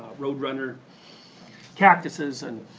road runner cactuses. and